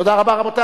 תודה רבה, רבותי.